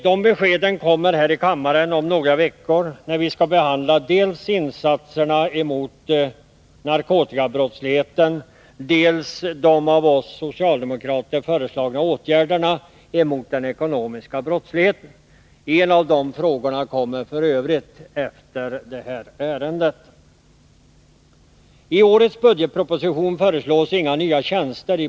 De beskeden kommer här i kammaren om några veckor, när vi skall behandla dels insatserna mot narkotikabrottsligheten, dels de av oss socialdemokrater föreslagna åtgärderna mot den ekonomiska brottsligheten. En av de frågorna kommer f. ö. att behandlas efter detta ärende.